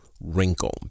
wrinkle